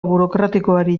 burokratikoari